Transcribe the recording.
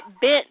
bent